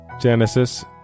Genesis